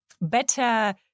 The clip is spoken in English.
better